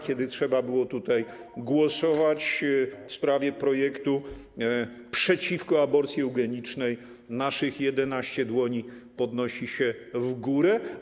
Kiedy trzeba było tutaj głosować w sprawie projektu przeciwko aborcji eugenicznej, naszych 11 dłoni podniosło się w górę.